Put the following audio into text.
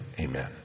amen